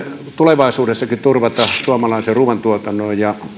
tulevaisuudessakin turvata suomalaisen ruuantuotannon ja